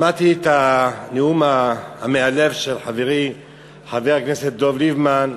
שמעתי את הנאום המאלף של חברי חבר הכנסת דב ליפמן.